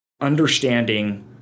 understanding